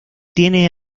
tiene